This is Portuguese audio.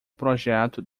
projeto